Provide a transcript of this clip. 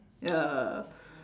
yeah